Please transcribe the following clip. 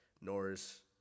Norris